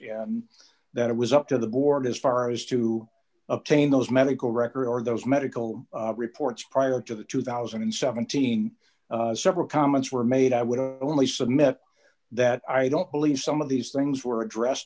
that it was up to the board as far as to obtain those medical records or those medical reports prior to the two thousand and seventeen several comments were made i would only submit that i don't believe some of these things were address